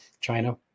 China